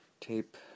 tape